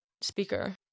speaker